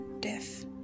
Death